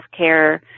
healthcare